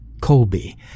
Colby